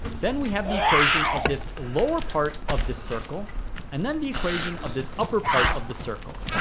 then we have the equation of this lower part of the circle and then the equation of this upper part of the circle